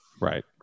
Right